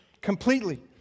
completely